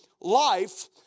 life